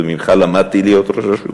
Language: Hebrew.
וממך למדתי להיות ראש רשות,